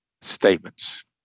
statements